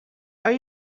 are